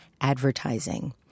advertising